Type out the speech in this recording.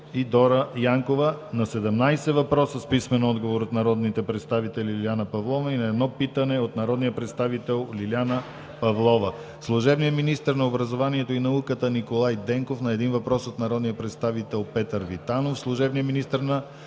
Дора Янкова; на седемнадесет въпроса с писмен отговор от народния представители Лиляна Павлова; и на едно питане от народния представител Лиляна Павлова. - служебният министър на образованието и науката Николай Денков – на един въпрос от народния представител Петър Витанов; - служебният министър на